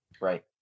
Right